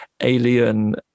alien